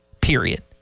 period